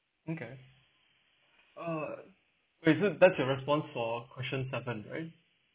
okay uh jason that's your response for question seven right